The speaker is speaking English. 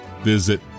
visit